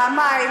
פעמיים,